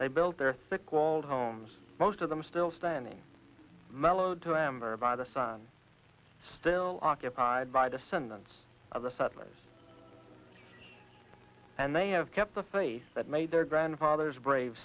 they built their thick walled homes most of them still standing mellowed to amber by the sun still occupied by descendants of the settlers and they have kept the face that made their grandfathers brave